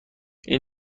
این